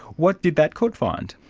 what did that court find?